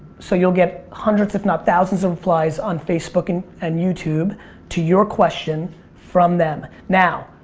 so you'll get hundreds if not thousands of replies on facebook and and youtube to your question from them. now,